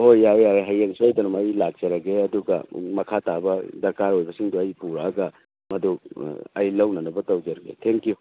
ꯍꯣꯏ ꯌꯥꯏ ꯌꯥꯏ ꯍꯌꯦꯡ ꯁꯣꯏꯗꯃꯛ ꯑꯩ ꯂꯥꯛꯆꯔꯒꯦ ꯑꯗꯨꯒ ꯃꯈꯥ ꯇꯥꯕ ꯗꯔꯀꯥꯔ ꯑꯣꯏꯕꯁꯤꯡꯗꯨ ꯑꯩ ꯄꯨꯔꯛꯂꯒ ꯃꯗꯨ ꯑꯩ ꯂꯧꯅꯅꯕ ꯇꯧꯖꯔꯒꯦ ꯊꯦꯡꯀꯤꯌꯨ